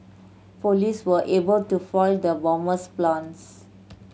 police were able to foil the bomber's plans